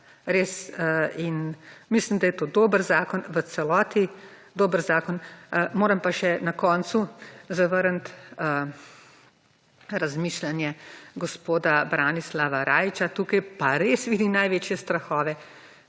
Res. Mislim, da je to dober zakon, v celoti dober zakon. Moram pa še na koncu zavrniti razmišljanje gospoda Branislava Rajića, ki pa tu res vidi največje strahove.